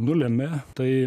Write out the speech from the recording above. nulėmė tai